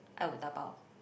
I would dabao